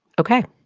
ok.